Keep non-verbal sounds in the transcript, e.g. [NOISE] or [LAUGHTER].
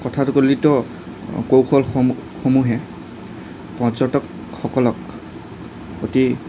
কথাটো [UNINTELLIGIBLE] কৌশলসমূহ সমূহে পৰ্যটকসকলক অতি